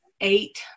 eight